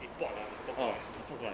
import lah import 过来